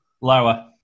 Lower